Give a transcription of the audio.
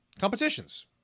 Competitions